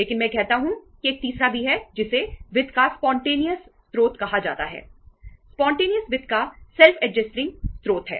लेकिन मैं कहता हूं कि एक तीसरा भी है जिसे वित्त का स्पॉन्टेनियस स्रोत है